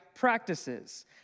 practices